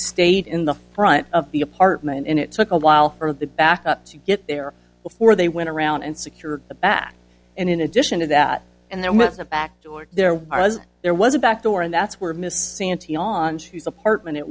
stayed in the front of the apartment and it took a while for the backup to get there before they went around and secured the back and in addition to that and then went back to it there are as there was a back door and that's where miss santee on she's apartment it